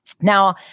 Now